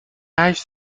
هشت